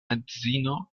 edzino